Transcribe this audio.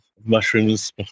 mushrooms